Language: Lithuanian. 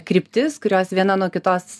kryptis kurios viena nuo kitos